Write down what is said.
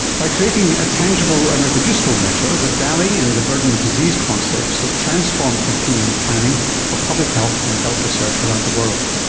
by creating a tangible and reproducible measure, the daly and the burden of disease concepts have transformed thinking and planning of public health and health research around the world.